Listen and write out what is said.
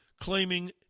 claiming